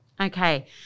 Okay